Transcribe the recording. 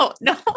no